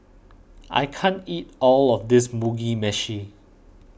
I can't eat all of this Mugi Meshi